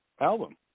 album